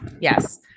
Yes